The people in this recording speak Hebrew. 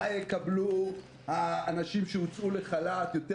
מה יקבלו האנשים שהוצאו לחל"ת יותר